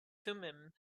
thummim